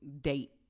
date